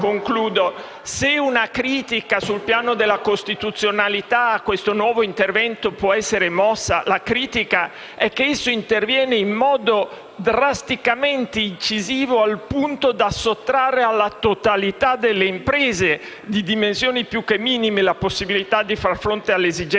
Se una critica sul piano della costituzionalità può essere mossa a questo nuovo intervento è che esso interviene in modo drasticamente incisivo, al punto da sottrarre alla totalità delle imprese di dimensioni più che minime la possibilità di far fronte alle esigenze di lavoro occasionale